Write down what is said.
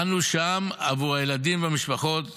אנו שם עבור הילדים והמשפחות